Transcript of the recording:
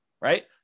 right